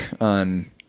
on